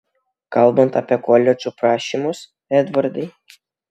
kalbant apie koledžų prašymus edvardai